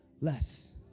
less